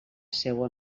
seua